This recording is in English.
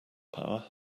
power